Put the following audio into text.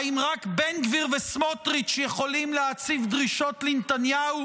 האם רק בן גביר וסמוטריץ' יכולים להציב דרישות לנתניהו,